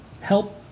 help